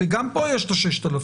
וגם פה יש את ה-6,000.